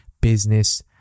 business